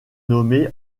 nommée